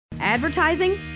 Advertising